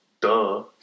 Duh